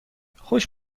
خوش